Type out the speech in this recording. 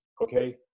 okay